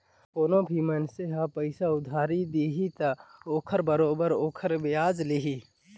कोनो भी मइनसे ह पइसा उधारी दिही त ओखर बरोबर ओखर बियाज लेही